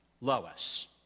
Lois